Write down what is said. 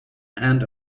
and